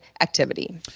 activity